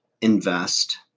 invest